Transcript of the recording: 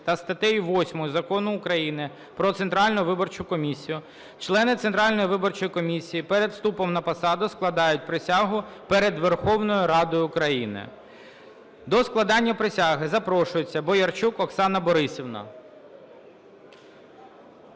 та статтею 8 Закону України "Про Центральну виборчу комісію" члени Центральної виборчої комісії перед вступом на посаду складають присягу перед Верховною Радою України. До складення присяги запрошується Боярчук Оксана Борисівна.